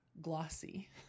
glossy